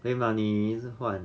可以吗你一直换